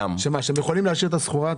שהם יכולים להשאיר את הסחורה?